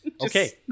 Okay